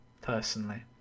Personally